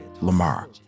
Lamar